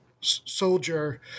soldier